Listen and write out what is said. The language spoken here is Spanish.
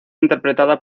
interpretada